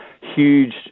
huge